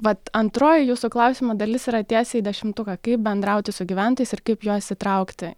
vat antroji jūsų klausimo dalis yra tiesiai į dešimtuką kaip bendrauti su gyventojais ir kaip juos įtraukti